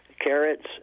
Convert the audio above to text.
carrots